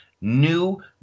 new